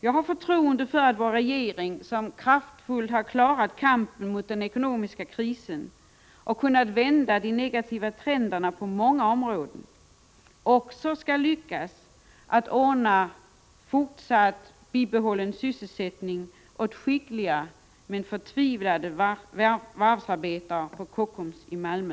Jag har förtroende för att vår regering, som kraftfullt klarat kampen mot den ekonomiska krisen och kunnat vända de negativa trenderna på många områden, också skall lyckas ordna fortsatt sysselsättning åt skickliga men förtvivlade varvsarbetare på Kockums i Malmö.